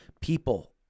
People